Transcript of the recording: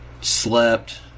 slept